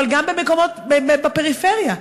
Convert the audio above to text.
אבל גם במקומות בפריפריה.